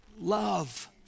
Love